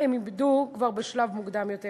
הם איבדו כבר בשלב מוקדם יותר,